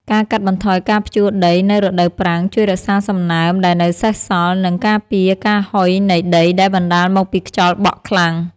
ការកាត់បន្ថយការភ្ជួរដីនៅរដូវប្រាំងជួយរក្សាសំណើមដែលនៅសេសសល់ និងការពារការហុយនៃដីដែលបណ្តាលមកពីខ្យល់បក់ខ្លាំង។